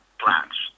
plants